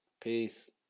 Peace